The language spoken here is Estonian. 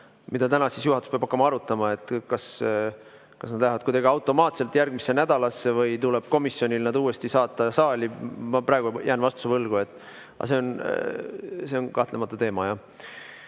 mida täna juhatus peab hakkama arutama, kas nad lähevad kuidagi automaatselt järgmisse nädalasse või tuleb komisjonil nad uuesti saata saali. Ma praegu jään vastuse võlgu. Aga see on kahtlemata teema,